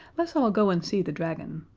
let's all go and see the dragon.